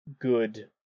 good